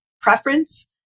preference